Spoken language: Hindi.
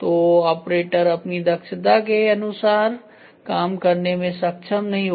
तो ऑपरेटर अपनी दक्षता अनुसार काम करने में सक्षम नहीं होगा